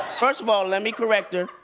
first of all, let me correct her,